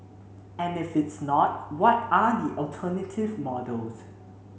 and if it's not what are the alternative models